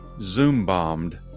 Zoom-bombed